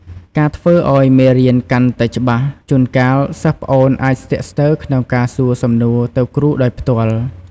ការធ្វើឲ្យមេរៀនកាន់តែច្បាស់ ជួនកាល សិស្សប្អូនអាចស្ទាក់ស្ទើរក្នុងការសួរសំណួរទៅគ្រូដោយផ្ទាល់។